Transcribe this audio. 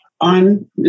On